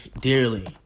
dearly